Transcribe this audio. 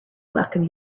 welcome